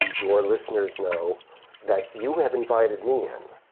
your listeners know that you have invited me in,